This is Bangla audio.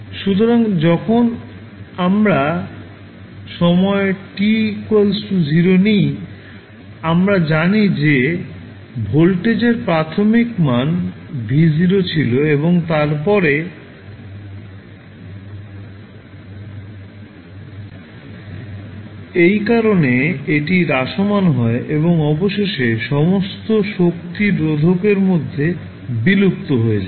সুতরাং যখন আমরা সময় t 0 নিই আমরা জানি যে ভোল্টেজের প্রাথমিক মান V0 ছিল এবং তারপরে এই কারণে এটি হ্রাসমান হয় এবং অবশেষে সমস্ত শক্তি রোধকের মধ্যে বিলুপ্ত হয়ে যায়